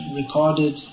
recorded